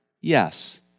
Yes